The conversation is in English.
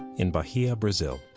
in bahia, brazil,